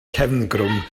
cefngrwm